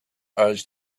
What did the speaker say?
urged